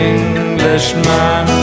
Englishman